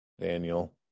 Daniel